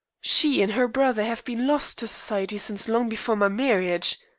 she and her brother have been lost to society since long before my marriage.